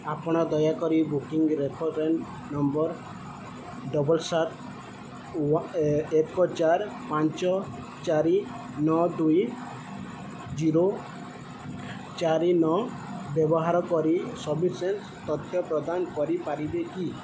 ଆପଣ ଦୟାକରି booking reference number double ସାତ ଏକ ଚାରି ପାଞ୍ଚ ଚାରି ନଅ ଦୁଇ ଜିରୋ ଚାରି ନଅ ବ୍ୟବହାର କରି ସବିଶେଷ ତଥ୍ୟ ପ୍ରଦାନ କରିପାରିବେ କି